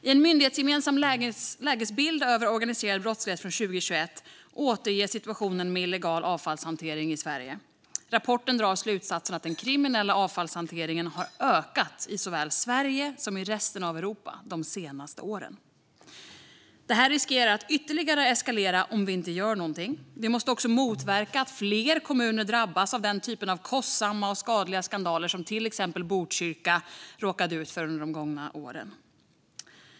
I en myndighetsgemensam lägesbild över organiserad brottslighet från 2021 beskrivs situationen med illegal avfallshantering i Sverige. I rapporten dras slutsatsen att den kriminella avfallshanteringen har ökat i såväl Sverige som resten av Europa de senaste åren. Det här riskerar att ytterligare eskalera om vi inte gör någonting. Vi måste också motverka att fler kommuner drabbas av den typ av kostsamma och skadliga skandaler som till exempel Botkyrka har råkat ut för under de gångna åren.